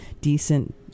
decent